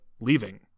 leaving